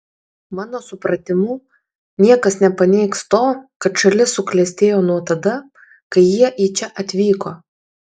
mano supratimu niekas nepaneigs to kad šalis suklestėjo nuo tada kai jie į čia atvyko